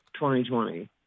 2020